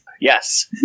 Yes